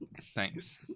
thanks